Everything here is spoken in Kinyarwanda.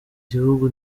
gihugu